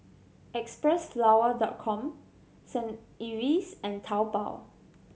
Xpressflower Dot Com Saint Ives and Taobao